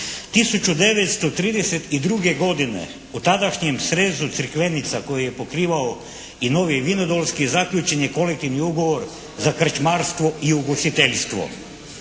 1932. godine u tadašnjem srezu Crikvenica koji je pokrivao i Novi Vinodolski zaključen je kolektivni ugovor za krčmarstvo i ugostiteljstvo.